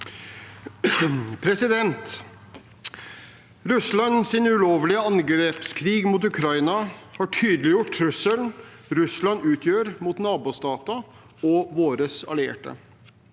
Russlands ulovlige angrepskrig mot Ukraina har tydeliggjort trusselen Russland utgjør mot nabostater og våre allierte.